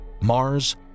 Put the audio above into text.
Mars